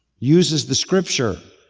uses the scripture.